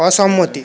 অসম্মতি